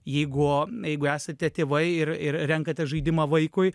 jeigu jeigu esate tėvai ir ir renkate žaidimą vaikui